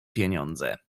pieniądze